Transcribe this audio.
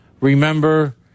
Remember